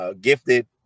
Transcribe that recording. gifted